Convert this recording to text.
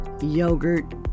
yogurt